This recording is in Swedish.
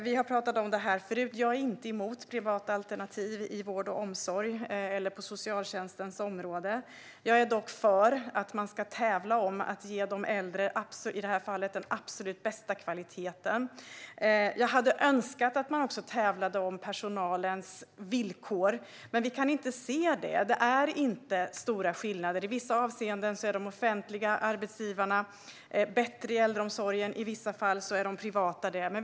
Vi har talat om detta förut; jag är inte emot privata alternativ i vård och omsorg eller på socialtjänstens område. Jag är dock för att man ska tävla om att, som i det här fallet, ge de äldre den absolut bästa kvaliteten. Jag hade önskat att man också tävlade om personalens villkor, men vi kan inte se att det sker. Det är inte stora skillnader. I vissa avseenden är de offentliga arbetsgivarna i äldreomsorgen bättre, och i vissa fall är de privata bättre.